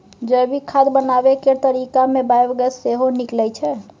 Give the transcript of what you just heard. जैविक खाद बनाबै केर तरीका मे बायोगैस सेहो निकलै छै